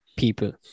people